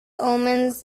omens